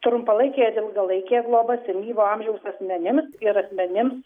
trumpalaikė ir ilgalaikė globa senyvo amžiaus asmenims ir asmenims